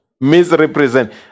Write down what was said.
Misrepresent